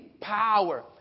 power